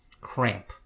cramp